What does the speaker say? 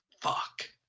Fuck